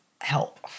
help